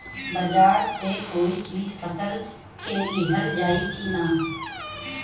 बाजार से कोई चीज फसल के लिहल जाई किना?